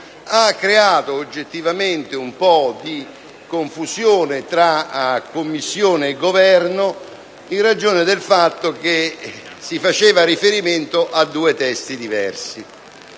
hanno creato oggettivamente un po' di confusione tra Commissione e Governo in ragione del fatto si faceva riferimento a due testi diversi.